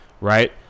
right